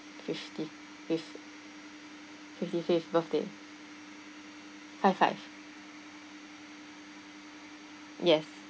fifty fifth fifty fifth birthday five five yes